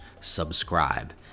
subscribe